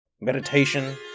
meditation